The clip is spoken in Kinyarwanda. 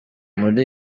muri